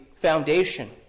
foundation